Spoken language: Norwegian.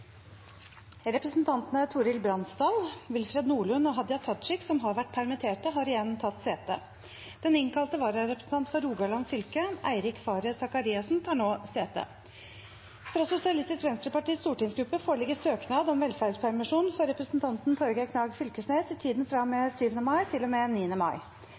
Representantene Torhild Bransdal , Willfred Nordlund og Hadia Tajik , som har vært permittert, har igjen tatt sete. Den innkalte vararepresentant for Rogaland fylke, Eirik Faret Sakariassen , tar nå sete. Fra Sosialistisk Venstrepartis stortingsgruppe foreligger søknad om velferdspermisjon for representanten Torgeir Knag Fylkesnes i tiden fra og med 7. mai til og med 9. mai.